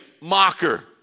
mocker